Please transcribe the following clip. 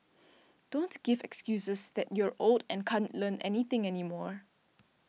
don't give excuses that you're old and can't Learn Anything anymore